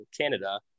canada